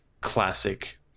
classic